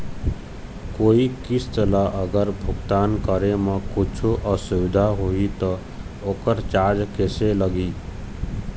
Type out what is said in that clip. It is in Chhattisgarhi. कोई किस्त ला अगर भुगतान करे म कुछू असुविधा होही त ओकर चार्ज कैसे लगी?